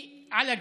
היא על הכביש.